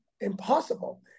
impossible